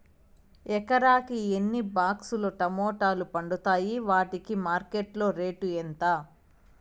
ఎకరాకి ఎన్ని బాక్స్ లు టమోటాలు పండుతాయి వాటికి మార్కెట్లో రేటు ఎంత?